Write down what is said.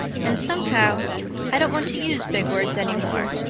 and somehow i don't want to use big words any more.